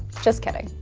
just kidding.